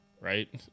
right